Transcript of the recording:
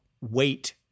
wait